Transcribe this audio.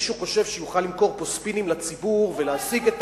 מי שחושב שיוכל למכור פה ספינים לציבור ולהשיג,